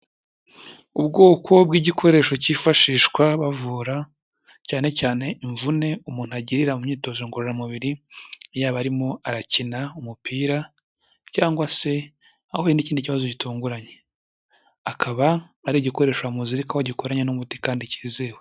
Ubwoko bw'igikoresho cyifashishwa bavura cyane cyane imvune umuntu agirira mu myitozo ngororamubiri, yaba arimo arakina umupira cyangwa se ahuye n'ikindi kibazo gitunguranye, akaba ari igikoresho bamuzirikaho gikoranye n'umuti kandi cyizewe.